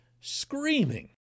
screaming